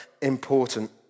important